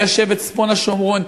ליישב את צפון השומרון.